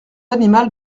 animal